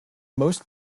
most